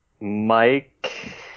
Mike